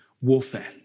warfare